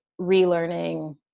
relearning